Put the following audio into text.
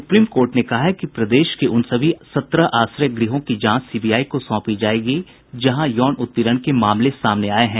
supreme court ने कहा है कि प्रदेश के उन सभी सत्रह आश्रय गृहों की जांच सीबीआई को सौंपी जायेगी जहां यौन उत्पीड़न के मामले सामने आये हैं